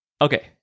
okay